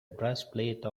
breastplate